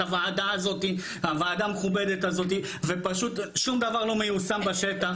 הוועדה המכובדת הזאת ופשוט שום דבר לא מיושם בשטח.